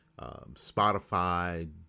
spotify